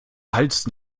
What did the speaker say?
hals